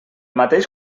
mateix